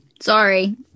Sorry